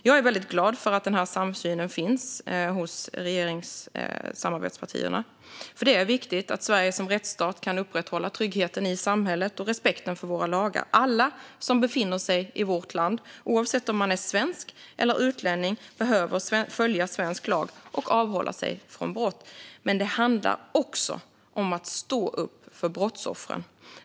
Jag är väldigt glad för att det finns samsyn hos regeringssamarbetspartierna, för det är viktigt att Sverige som rättsstat kan upprätthålla tryggheten i samhället och respekten för våra lagar. Var och en som befinner sig i vårt land, oavsett om den är svensk eller utlänning, behöver följa svensk lag och avhålla sig från brott. Men det handlar också om att stå upp för brottsoffren.